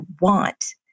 want